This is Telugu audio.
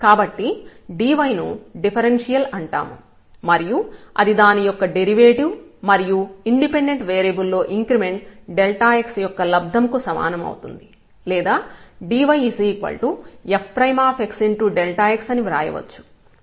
కాబట్టి dy ను డిఫరెన్షియల్ అంటాము మరియు అది దాని యొక్క డెరివేటివ్ మరియు ఇండిపెండెంట్ వేరియబుల్ లో ఇంక్రిమెంట్ x యొక్క లబ్దం కు సమానం అవుతుంది లేదా dy fxΔx అని వ్రాయవచ్చు